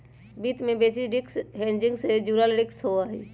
वित्त में basis risk hedging से जुड़ल रिस्क हहई